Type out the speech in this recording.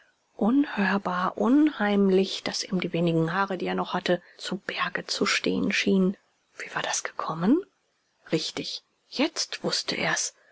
unhörbar unheimlich daß ihm die wenigen haare die er noch hatte zu berge zu stehen schienen wie war das gekommen richtig jetzt wußte er's